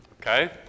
Okay